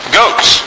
goats